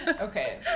Okay